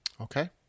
Okay